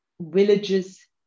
villages